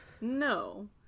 No